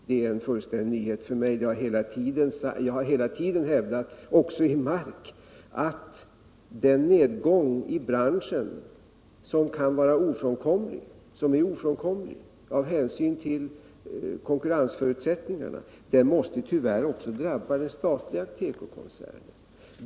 Det är en fullständig nyhet för mig; jag har hela tiden hävdat — också i Mark — att den nedgång i branschen som är ofrånkomlig av hänsyn till konkurrensförutsätt ningarna tyvärr måste drabba också den statliga tekokoncernen.